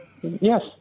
Yes